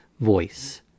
Voice